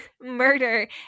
murder